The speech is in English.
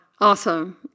awesome